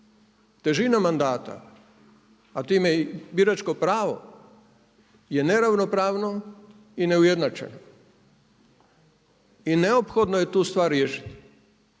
težina mandata, a time i biračko pravo je neravnopravno i neujednačeno. I neophodno je tu stvar riješiti.